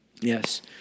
Yes